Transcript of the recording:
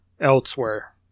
elsewhere